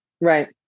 Right